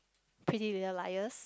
Pretty-Little-Liars